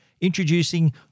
Introducing